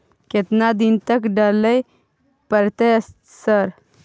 केतना दिन तक डालय परतै सर?